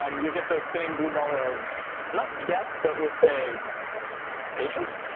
um you'll get the spinning blue ball of not death but we'll say patience.